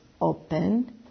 open